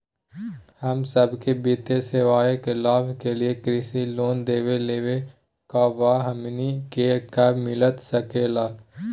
हम सबके वित्तीय सेवाएं के लाभ के लिए कृषि लोन देवे लेवे का बा, हमनी के कब मिलता सके ला?